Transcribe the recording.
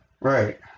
right